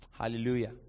Hallelujah